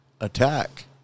attack